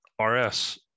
RS